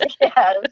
yes